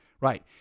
Right